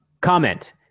comment